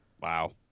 Wow